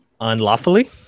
Unlawfully